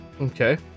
okay